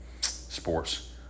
sports